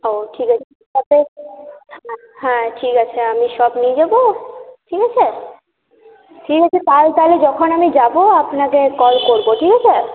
হ্যাঁ ঠিক আছে আমি সব নিয়ে যাবো ঠিক আছে ঠিক আছে কাল তাহলে যখন আমি যাব আপনাকে কল করব ঠিক আছে